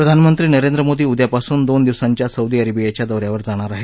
प्रधानमंत्री नरेंद्र मोदी उद्यापासून दोन दिवसांच्या सौदी अरेबियाच्या दौ यावर जाणार आहेत